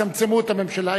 צמצמו את הממשלה,